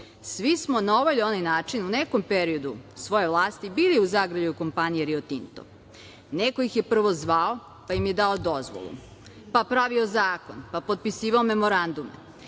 ih. Svi smo na ovaj ili onaj način, u nekom periodu svoje vlasti, bili u zagrljaju kompanije „Rio Tinto“. Neko ih je prvo zvao, pa im je dao dozvolu, pa pravio zakon, pa potpisivao memorandume.